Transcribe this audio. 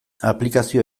aplikazioa